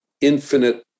infinite